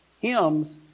Hymns